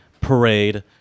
parade